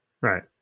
Right